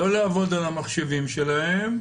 לא לעבוד על המחשבים שלהם,